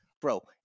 bro